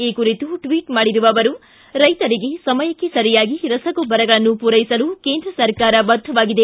ಈ ಕುರಿತು ಟ್ವಿಚ್ ಮಾಡಿರುವ ಅವರು ರೈತರಿಗೆ ಸಮಯಕ್ಕೆ ಸರಿಯಾಗಿ ರಸಗೊಬ್ಬರಗಳನ್ನು ಪೂರೈಸಲು ಕೇಂದ್ರ ಸರ್ಕಾರ ಬದ್ದವಾಗಿದೆ